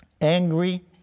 angry